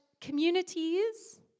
communities